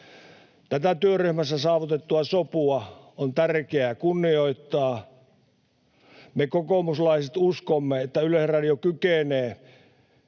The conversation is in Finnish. Tätä työryhmässä saavutettua sopua on tärkeää kunnioittaa. Me kokoomuslaiset uskomme, että Yleisradio kykenee